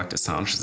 assange